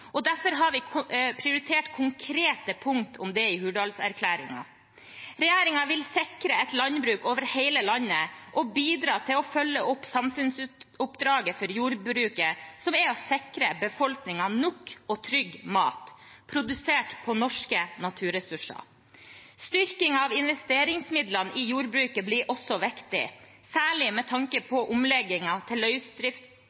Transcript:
og derfor har vi prioritert konkrete punkt om det i Hurdalsplattformen. Regjeringen vil sikre et landbruk over hele landet og bidra til å følge opp samfunnsoppdraget for jordbruket, som er å sikre befolkningen nok og trygg mat produsert på norske naturressurser. Styrking av investeringsmidlene i jordbruket blir også viktig, særlig med tanke